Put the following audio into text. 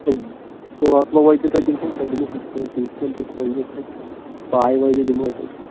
فہٕ واتلو وۄنۍ تہِ تۄہہِ دِمہو تۄہہِ دِمہو ہُتھ پٲٹھۍ تہِ یِتھ پٲٹھۍ تۄہہِ خۄش گژھِوٕ پاے واجنہِ دِمہو تۄہہِ